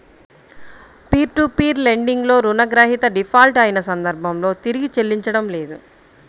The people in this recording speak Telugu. పీర్ టు పీర్ లెండింగ్ లో రుణగ్రహీత డిఫాల్ట్ అయిన సందర్భంలో తిరిగి చెల్లించడం లేదు